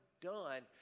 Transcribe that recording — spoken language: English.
done